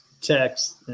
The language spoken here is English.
text